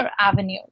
avenue